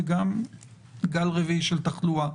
וגם גל רביעי של תחלואה,